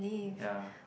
ya